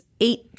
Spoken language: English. eight